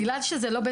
בגלל שזה לא,